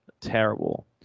terrible